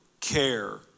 care